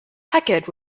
hecate